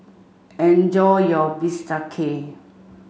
enjoy your Bistake